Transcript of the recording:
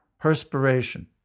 perspiration